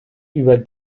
über